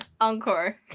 encore